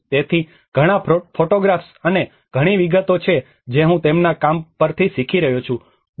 તેથી ઘણા ફોટોગ્રાફ્સ અને ઘણી વિગતો છે જે હું તેમના કામ પરથી શીખી રહ્યો છું ડો